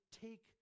take